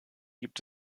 gibt